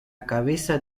cabeza